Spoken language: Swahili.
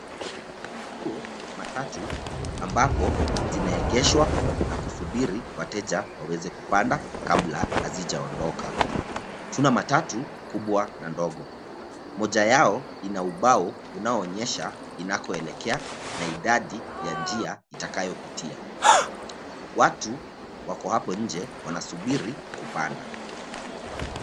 Kituo cha matatu ambapo zinaegeshwa na kusubiri wateja waweze kupanda kabla hazijaondoka. Tuna matatu kubwa na ndogo. Moja yao ina ubao unaoonyesha inakoelekea na idadi ya njia itakayopitia. Watu wako hapo nje wanasubiri kupanda.